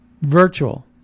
virtual